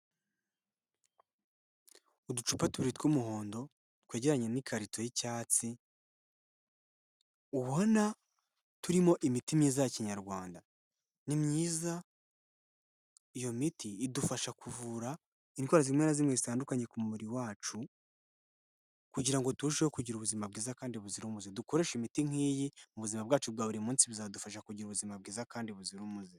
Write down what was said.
Uducupa tubiri tw'umuhondo twegeranye n'ikarito y'icyatsi ubona turimo imiti myiza ya Kinyarwanda. Ni myiza, iyo miti idufasha kuvura indwara zimwe na zimwe zitandukanye ku mubiri wacu kugira ngo turusheho kugira ubuzima bwiza kandi buzira umuze. Dukoreshe imiti nk'iyi mu buzima bwacu bwa buri munsi bizadufasha kugira ubuzima bwiza kandi buzira umuze.